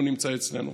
הוא נמצא אצלנו.